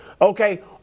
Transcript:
Okay